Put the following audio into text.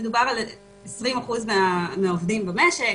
מדובר על 20% מהעובדים במשק,